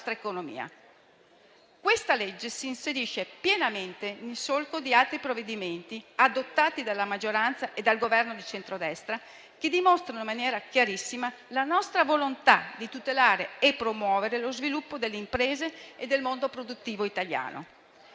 conversione si inserisce pienamente nel solco di altri provvedimenti adottati dalla maggioranza e dal Governo di centrodestra che dimostrano in maniera chiarissima la nostra volontà di tutelare e promuovere lo sviluppo delle imprese e del mondo produttivo italiano.